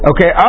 Okay